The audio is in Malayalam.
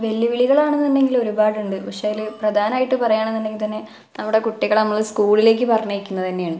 വെല്ലുവിളികളാണെന്നുണ്ടെങ്കില് ഒരുപാടുണ്ട് പക്ഷേ അതില് പ്രധാനമായിട്ട് പറയുകയാണെന്നുണ്ടെങ്കില്ത്തന്നെ നമ്മുടെ കുട്ടികളെ നമ്മൾ സ്കൂളിലേക്ക് പറഞ്ഞയക്കുന്നതു തന്നെയാണ്